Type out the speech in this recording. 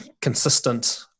consistent